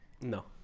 no